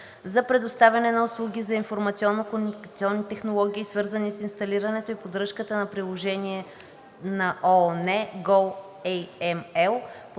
за предоставяне на услуги за информационно-комуникационни технологии, свързани с инсталирането и поддръжката на приложението на ООН goAML,